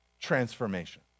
transformation